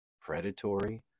predatory